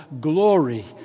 glory